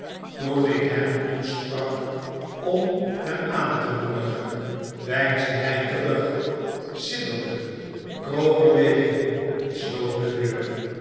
toen ik hem toesprak om hem aan te moedigen deinsde hy terug sidderde ki oop er weer in en sloot de denr